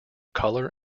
color